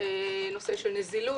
נושא של נזילות,